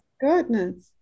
goodness